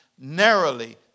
narrowly